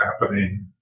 happening